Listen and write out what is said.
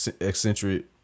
eccentric